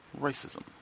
racism